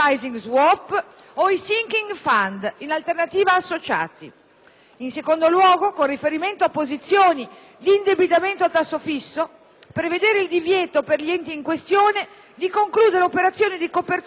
In secondo luogo, con riferimento a posizioni di indebitamento a tasso fisso, prevedere il divieto per gli enti in questione di concludere operazioni di copertura in strumenti derivati, quantunque ai fini di ristrutturazione del debito,